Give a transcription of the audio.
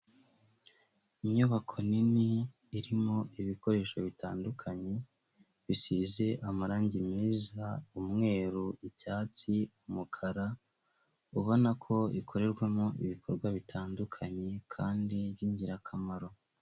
Inyubako nini, irimo ibikoresho bitandukanye bisize amarangi meza umweru, icyatsi, umukara, ubona ko ikorerwamo ibikorwa bitandukanye kandi by'ingirakamaro.